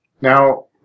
Now